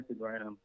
Instagram